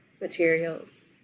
materials